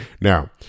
Now